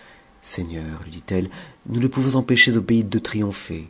répondre seigncmlui dit-elle nous ne pouvons empêcher zobéide de triompher